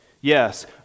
Yes